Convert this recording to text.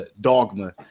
dogma